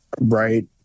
Right